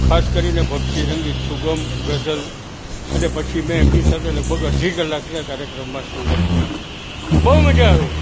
ખાસ કરીને ભક્તિ સંગીત સુગમ ગઝલ અને પછી મેં એમની સાથે લગભગ અઢી કલાકના કાર્યક્રમમાં સંગત કરી બહુ મજા આવી